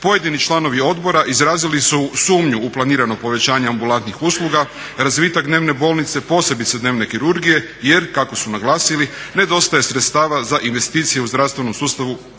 Pojedini članovi odbora izrazili su sumnju u planirano povećanje ambulantnih usluga, razvitak dnevne bolnice posebice dnevne kirurgije jer kako su naglasili nedostaje sredstava za investicije u zdravstvenom sustavu općenito.